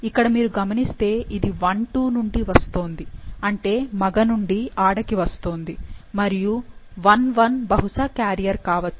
ఇక్కడ మీరు గమనిస్తే ఇది I 2 నుండి వస్తోంది అంటే మగ నుండి ఆడకి వస్తోంది మరియు I 1 బహుశా క్యారియర్ కావచ్చు